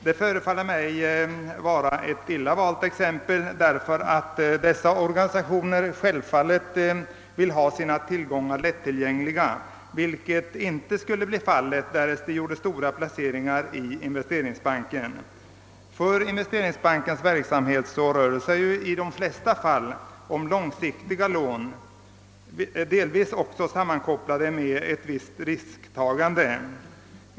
Detta förefaller mig vara ett illa valt exempel, eftersom dessa organisationer självfallet vill ha sina tillgångar lättillgängliga, vilket inte skulle bli fallet, därest man gjorde stora placeringar i Investeringsbanken. I Investeringsbankens verksamhet rör det sig i de flesta fall om långsiktiga lån, delvis sammankopplade med ett visst risktagande.